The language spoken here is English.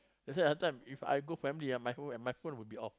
that's why sometimes If I go family ah my phone my phone will be off